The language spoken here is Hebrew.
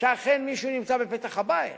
שאכן מישהו נמצא בפתח הבית.